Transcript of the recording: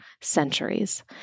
centuries